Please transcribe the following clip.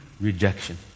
rejection